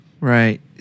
Right